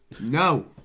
No